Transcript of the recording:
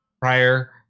prior